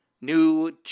new